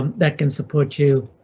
um that can support you.